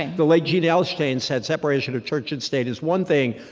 like the late jean elshtain said, separation of church and state is one thing.